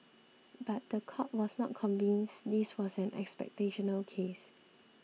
but the court was not convinced this was an expectational case